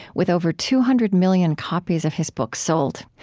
with over two hundred million copies of his books sold.